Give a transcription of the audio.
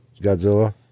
Godzilla